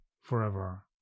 forever